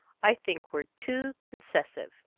i think we're too concessive.